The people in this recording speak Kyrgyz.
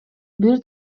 бир